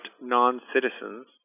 non-citizens